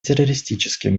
террористических